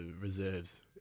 reserves